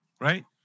Right